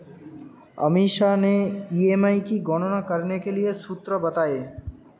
अमीषा ने ई.एम.आई की गणना करने के लिए सूत्र बताए